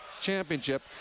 championship